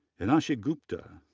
enakshi gupta,